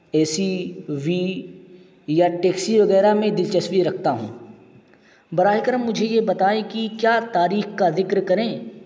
اے C وی یا taxi وغیرہ میں دلچسپی رکھتا ہوں براہ کرم مجھے یہ بتائیں کہ کیا تاریخ کا ذکر کریں